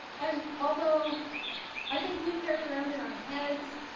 and although i think we carry around in our heads